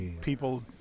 people